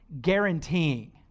guaranteeing